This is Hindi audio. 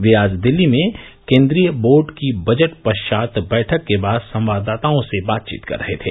वे आज दिल्ली में केंद्रीय बोर्ड की बजट पश्चात बैठक के बाद संवाददाताओं से बातचीत कर रहे थे